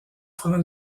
francs